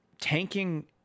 tanking